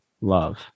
love